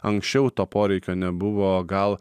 anksčiau to poreikio nebuvo gal